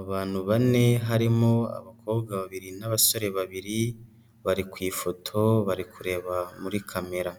Abantu bane harimo abakobwa babiri n'abasore babiri, bari ku ifoto bari kureba muri kamera.